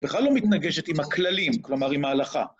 בכלל לא מתנגשת עם הכללים, כלומר עם ההלכה.